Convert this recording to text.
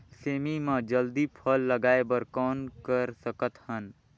सेमी म जल्दी फल लगाय बर कौन कर सकत हन?